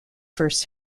first